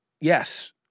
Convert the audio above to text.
yes